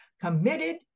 committed